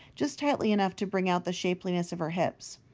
just tightly enough to bring out the shapeliness of her hips.